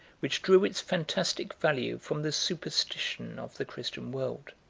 which drew its fantastic value from the superstition of the christian world.